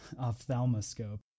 ophthalmoscope